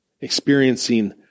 experiencing